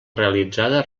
realitzada